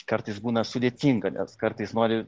kartais būna sudėtinga nes kartais nori